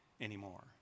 anymore